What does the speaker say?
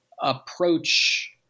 Approach